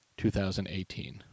2018